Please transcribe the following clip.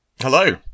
Hello